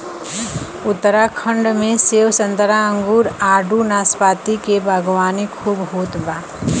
उत्तराखंड में सेब संतरा अंगूर आडू नाशपाती के बागवानी खूब होत बा